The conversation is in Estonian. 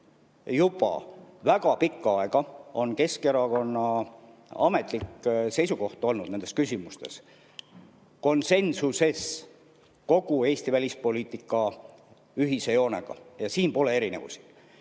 juba väga pikka aega on Keskerakonna ametlik seisukoht nendes küsimustes olnud konsensuslik kogu Eesti välispoliitika ühise joonega. Ja siin pole erinevusi.